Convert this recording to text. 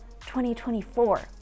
2024